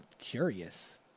curious